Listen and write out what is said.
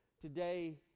Today